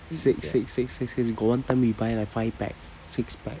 six six six six six got one time we buy like five pack six pack